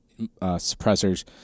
suppressors